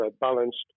balanced